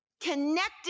connected